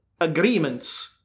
agreements